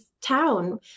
town